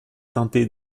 teintée